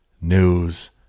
news